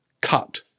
cut